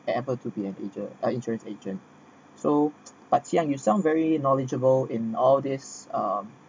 able to be an asia uh insurance agent so but sound you sound very knowledgeable in all this um